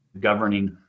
governing